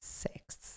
Six